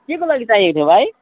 के को लागि चाहिएको थियो भाइ